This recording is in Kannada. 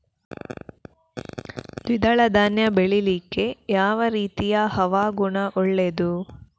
ದ್ವಿದಳ ಧಾನ್ಯ ಬೆಳೀಲಿಕ್ಕೆ ಯಾವ ರೀತಿಯ ಹವಾಗುಣ ಒಳ್ಳೆದು?